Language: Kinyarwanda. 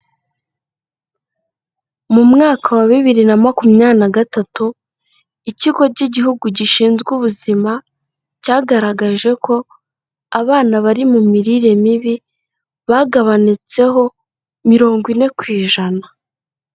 Mu mwaka wa bibiri na makumyabiri na gatatu, ikigo cy'igihugu gishinzwe ubuzima, cyagaragaje ko abana bari mu mirire mibi, bagabanutseho mirongo ine ku ijana.